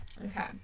Okay